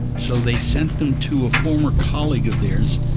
so they sent them to a former colleague of theirs,